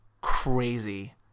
crazy